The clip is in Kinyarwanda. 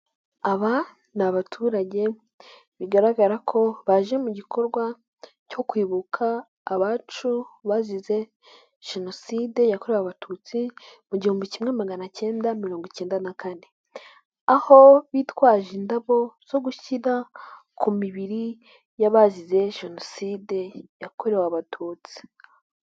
Aba ni abaturage bigaragara ko baje mu gikorwa cyo kwibuka abacu bazize Jenoside yakorewe Abatutsi mu gihumbi kimwe maganacyenda mirongo icyenda na kane. Aho bitwaje indabo zo gushyira ku mibiri y'abazize Jenoside yakorewe Abatutsi.